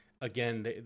again